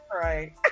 right